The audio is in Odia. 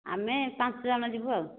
ଆମେ ପାଞ୍ଚଜଣ ଯିବୁ ଆଉ